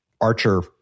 Archer